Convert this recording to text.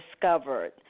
discovered